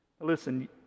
listen